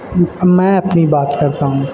اب میں اپنی بات کرتا ہوں